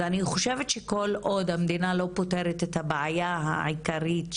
אז אני חושבת שכל עוד המדינה לא פותרת את הבעיה העיקרית,